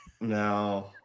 No